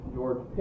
George